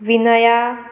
Vinaya